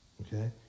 okay